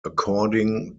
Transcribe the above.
according